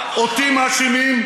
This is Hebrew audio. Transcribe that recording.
אותי מאשימים?